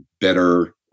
better